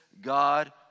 God